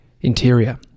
Interior